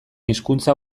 hizkuntza